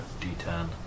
D10